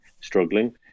struggling